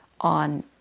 on